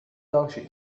další